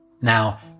Now